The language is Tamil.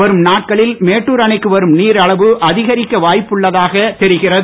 வரும் நாட்களில் மேட்டுர் அணைக்கு வரும் நீர் அளவு அதிகரிக்க வாய்ப்புள்ளதாக தெரிகிறது